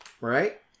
Right